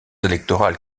électorales